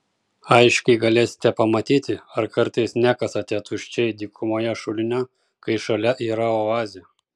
aiškiai galėsite pamatyti ar kartais nekasate tuščiai dykumoje šulinio kai šalia yra oazė